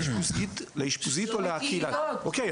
תודה.